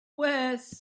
worse